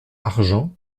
argent